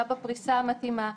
גם בפריסה המתאימה.